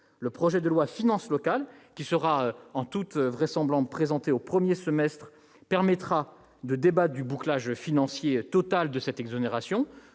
Le projet de loi sur les finances locales, qui sera, selon toute vraisemblance, présenté au premier semestre, permettra de débattre du bouclage financier total de cette exonération.